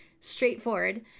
straightforward